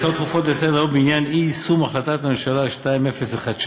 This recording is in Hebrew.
הצעות דחופות לסדר-היום בעניין אי-יישום החלטת הממשלה 2017,